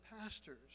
pastors